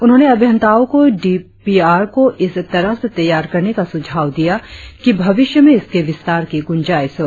उन्होंने अभियंताओं को डी पी आर को इस तरह से तैयार करने का सुझाव दिया कि भविष्य में इसके विस्तार की गुंजाइस हो